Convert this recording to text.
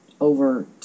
over